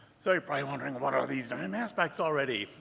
so you're probably wondering what are the damn aspects already?